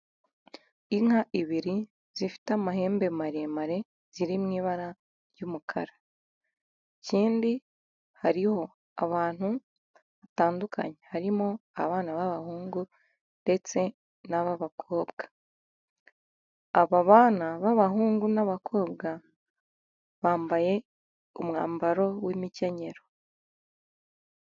Inka ibiri zifite amahembe maremare ziri mu ibara ry'umukara. Ikindi hariho abantu batandukanye harimo abana b'abahungu ndetse n'b'abakobwa. Ababana b'abahungu n'abakobwa bambaye umwambaro w'imikenyero.